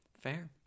Fair